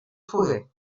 foguer